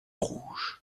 rouges